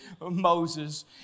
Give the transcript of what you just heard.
Moses